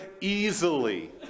easily